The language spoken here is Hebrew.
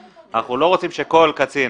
אנחנו לא רוצים שכל קצין